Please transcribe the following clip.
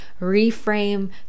reframe